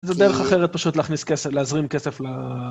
זו דרך אחרת פשוט להכניס כסף להזרים כסף ל...